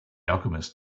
alchemist